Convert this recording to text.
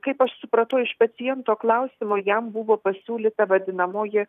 kaip aš supratau iš paciento klausimo jam buvo pasiūlyta vadinamoji